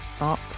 up